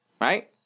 right